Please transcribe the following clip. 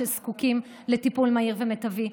שזקוקים לטיפול מהיר ומיטבי,